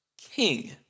King